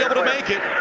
ah but to make it.